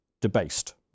debased